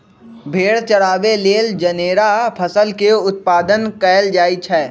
भेड़ा चराबे लेल जनेरा फसल के उत्पादन कएल जाए छै